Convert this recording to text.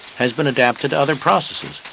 has been adapted to other processes,